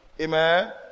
Amen